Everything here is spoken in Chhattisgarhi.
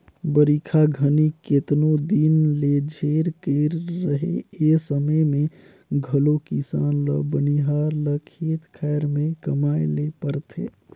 बरिखा घनी केतनो दिन ले झेर कइर रहें ए समे मे घलो किसान ल बनिहार ल खेत खाएर मे कमाए ले परथे